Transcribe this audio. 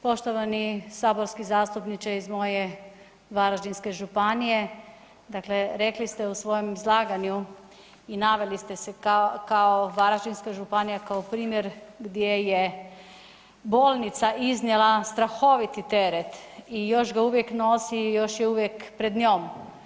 Poštovani saborski zastupniče iz moje Varaždinske županije, dakle rekli ste u svojem izlaganju i naveli ste se kao, kao Varaždinska županija kao primjer gdje je bolnica iznijela strahoviti teret i još ga uvijek nosi i još je uvijek pred njom.